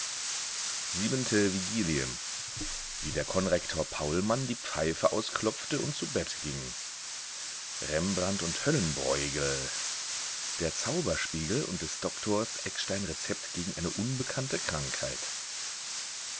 siebente vigilie wie der konrektor paulmann die pfeife ausklopfte und zu bette ging rembrandt und höllenbreughel der zauberspiegel und des doktors eckstein rezept gegen eine unbekannte krankheit